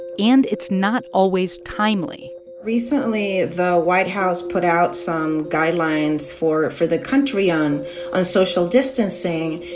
and it's not always timely recently, the white house put out some guidelines for for the country on ah social distancing.